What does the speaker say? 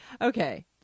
Okay